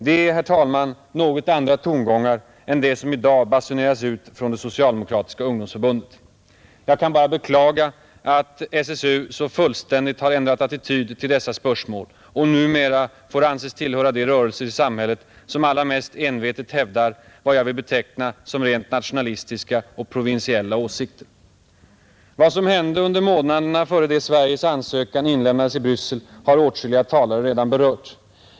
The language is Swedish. Det är, herr talman, något andra tongångar än de som i dag basuneras ut från det socialdemokratiska ungdomsförbundet. Jag kan bara beklaga att SSU så fullständigt har ändrat attityd till dessa spörsmål och numera får anses tillhöra de rörelser i samhället som allra mest envetet hävdar vad jag vill beteckna som rent nationalistiska och provinsiella åsikter. Vad som hände under månaderna före det Sveriges ansökan inlämnades i Bryssel har åtskilliga talare redan berört.